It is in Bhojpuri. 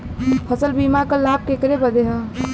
फसल बीमा क लाभ केकरे बदे ह?